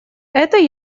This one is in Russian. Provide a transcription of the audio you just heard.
это